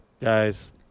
guys